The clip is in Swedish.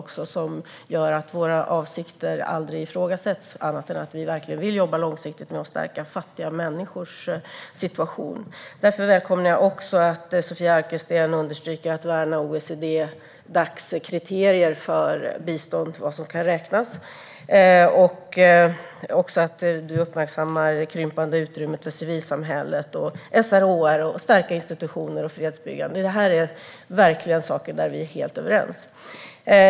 Det sistnämnda gör att våra avsikter aldrig ifrågasätts, utan det handlar om att vi verkligen vill jobba långsiktigt med att stärka fattiga människors situation. Därför välkomnar jag också att Sofia Arkelsten understryker värnandet av OECD-Dacs kriterier för vad som kan räknas som bistånd. Du uppmärksammar också det krympande utrymmet för civilsamhället samt SRHR och starka institutioner och fredsbyggande. Detta är saker där vi är helt överens.